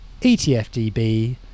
etfdb